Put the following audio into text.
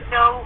no